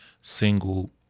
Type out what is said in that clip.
single